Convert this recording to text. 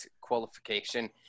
qualification